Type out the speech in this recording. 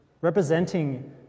representing